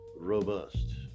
Robust